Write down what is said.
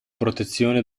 protezione